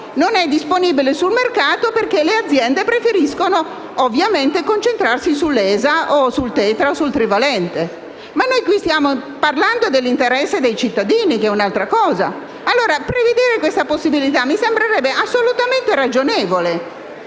non è disponibile sul mercato perché le aziende preferiscono, ovviamente, concentrarsi sull'esavalente, sul tetravalente o sul trivalente. Qui, però, stiamo parlando dell'interesse dei cittadini, che è altra cosa. Pertanto, prevedere questa possibilità mi sembra assolutamente ragionevole